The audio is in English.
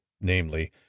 namely